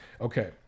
okay